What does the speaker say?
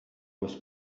was